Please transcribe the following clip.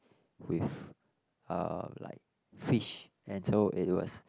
with uh like fish and so it was